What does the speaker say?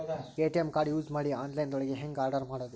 ATM card use ಮಾಡಿ online ದೊಳಗೆ ಹೆಂಗ್ ಆರ್ಡರ್ ಮಾಡುದು?